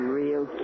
real